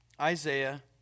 Isaiah